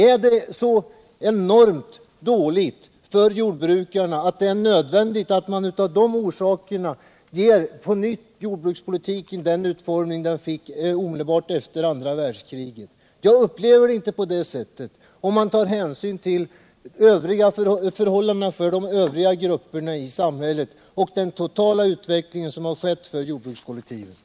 Är det så enormt dåliga förhållanden för jordbrukarna att det är nödvändigt att av de orsakerna på nytt ge jordbrukspolitiken samma utformning som den fick omedelbart efter andra världskriget? Jag upplever det inte så, om man tar hänsyn till förhållandena för övriga grupper i samhället och den totala utveckling som har skett för jordbrukskollektivet.